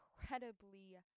incredibly